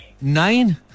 Nine